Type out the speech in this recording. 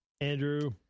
Andrew